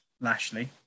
Lashley